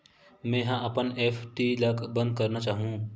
मेंहा अपन एफ.डी ला बंद करना चाहहु